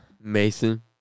Mason